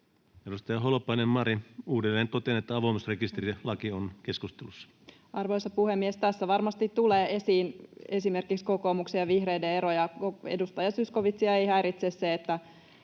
Edustaja Holopainen, Mari. — Uudelleen totean, että avoimuusrekisterilaki on keskustelussa. Arvoisa puhemies! Tässä varmasti tulee esiin esimerkiksi kokoomuksen ja vihreiden eroja. Edustaja Zyskowiczia ei häiritse se, että